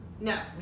No